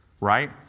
Right